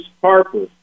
Harper